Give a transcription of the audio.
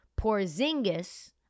Porzingis